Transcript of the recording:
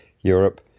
Europe